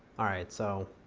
all right, so.